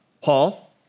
Paul